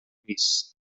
vis